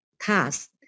task